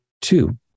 two